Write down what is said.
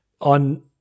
on